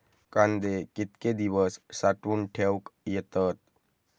कांदे कितके दिवस साठऊन ठेवक येतत?